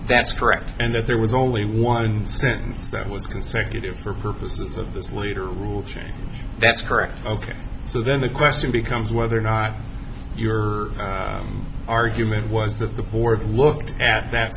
that's correct and that there was only one sentence that was consecutive for purposes of this leader rule change that's correct ok so then the question becomes whether or not your argument was that the board of looked at that